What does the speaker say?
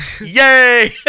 Yay